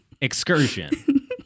excursion